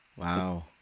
Wow